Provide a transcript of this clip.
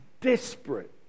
desperate